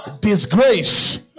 Disgrace